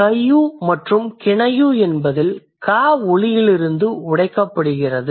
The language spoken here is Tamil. Kayu மற்றும் Kinayu என்பதில் அது Ka ஒலியிலிருந்து உடைக்கப்படுகிறது